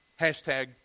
Hashtag